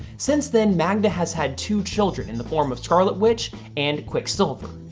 since then, magda has had two children in the form of scarlet witch and quicksilver.